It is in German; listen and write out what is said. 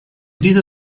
dieser